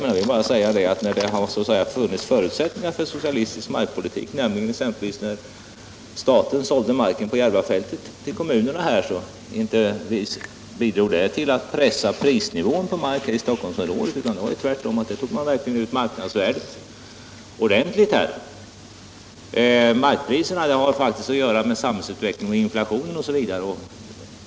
Men det har ju funnits förutsättningar för en socialistisk markpolitik, t.ex. när staten sålde marken på Järvafältet till kommunen. Inte bidrog det till att pressa prisnivån på mark i Stockholmsområdet. Tvärtom, där tog man verkligen ut marknadsvärdet ordentligt. Markpriserna har faktiskt med samhällsutvecklingen och inflationen att göra.